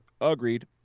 Agreed